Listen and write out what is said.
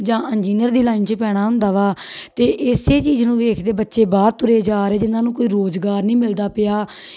ਜਾਂ ਇੰਜੀਨੀਅਰ ਦੀ ਲਾਈਨ 'ਚ ਪੈਣਾ ਹੁੰਦਾ ਵਾ ਅਤੇ ਇਸ ਚੀਜ਼ ਨੂੰ ਵੇਖਦੇ ਬੱਚੇ ਬਾਹਰ ਤੁਰੇ ਜਾ ਰਹੇ ਜਿਹਨਾਂ ਨੂੰ ਕੋਈ ਰੁਜ਼ਗਾਰ ਨਹੀਂ ਮਿਲਦਾ ਪਿਆ